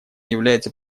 является